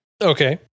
Okay